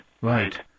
right